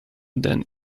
than